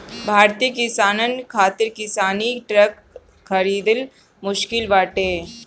भारतीय किसानन खातिर किसानी ट्रक खरिदल मुश्किल बाटे